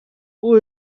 who